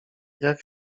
jak